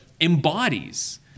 embodies